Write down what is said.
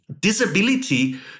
disability